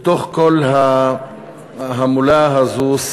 בתוך כל ההמולה הזו,